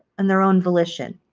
and their own volition.